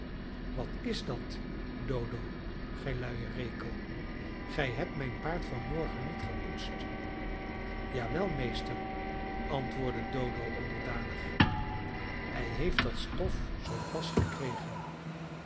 wat is dat dodo gij luie rekel gij hebt mijn paard van morgen niet gepoetst ja wel meester antwoordde dodo onderdanig hij heeft dat stof zoo pas gekregen